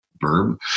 verb